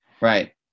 Right